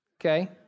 Okay